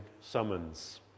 summons